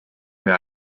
mir